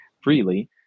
freely